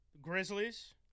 Grizzlies